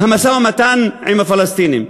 המשא-ומתן עם הפלסטינים,